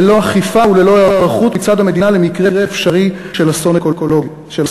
ללא אכיפה וללא היערכות מצד המדינה למקרה אפשרי של אסון אקולוגי,